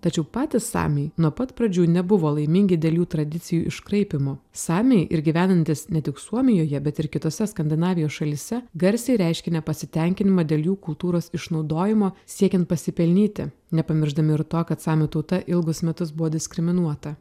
tačiau patys samiai nuo pat pradžių nebuvo laimingi dėl jų tradicijų iškraipymo samiai ir gyvenantys ne tik suomijoje bet ir kitose skandinavijos šalyse garsiai reiškė nepasitenkinimą dėl jų kultūros išnaudojimo siekiant pasipelnyti nepamiršdami ir to kad samių tauta ilgus metus buvo diskriminuota